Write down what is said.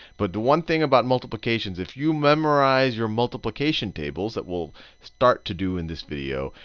but the one thing about multiplication is if you memorize your multiplication tables that we'll start to do in this video,